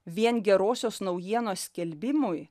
vien gerosios naujienos skelbimui